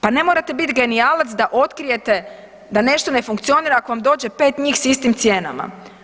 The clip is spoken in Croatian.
Pa ne morate biti genijalac da otkrijete da nešto ne funkcionira ako vam dođe pet njih sa istim cijenama.